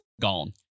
gone